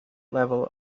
level